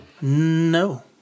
no